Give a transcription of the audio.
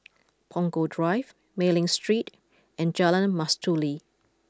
Punggol Drive Mei Ling Street and Jalan Mastuli